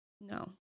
No